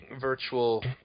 virtual